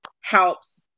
helps